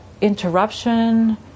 interruption